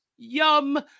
Yum